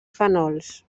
fenols